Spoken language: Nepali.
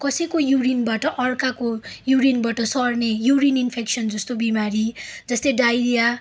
कसैको युरिनबाट अर्काको युरिनबाट सर्ने युरिन इन्फेक्सन जस्तो बिमारी जस्तै डाइरिया